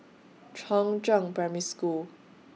Chongzheng Primary School